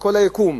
לכל היקום.